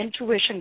intuition